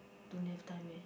don't have time eh